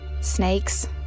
Snakes